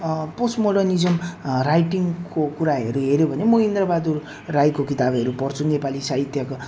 post modernism राइटिङको कुराहरू हेऱ्यो भने म इन्द्रबहादुर राईको किताबहरू पढ्छु नेपाली साहित्यका